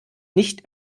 nicht